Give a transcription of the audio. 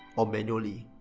or manually.